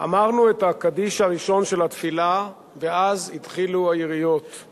"אמרנו את הקדיש הראשון של התפילה ואז התחילו היריות";